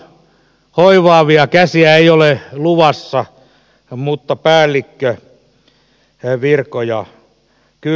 uusia hoivaavia käsiä ei ole luvassa mutta päällikkövirkoja kylläkin